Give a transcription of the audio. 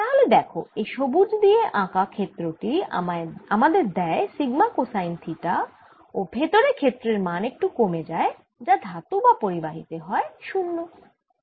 তাহলে দেখো এই সবুজ দিয়ে আঁকা ক্ষেত্র টি আমাদের দেয় সিগমা কোসাইন থিটাও ভেতরে ক্ষেত্রের মান একটু কমে যায় যা ধাতু বা পরিবাহী তে 0 হয়